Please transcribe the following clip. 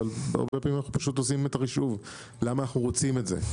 אבל הם פשוט עושים את החישוב - למה אנחנו רוצים את זה?